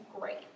great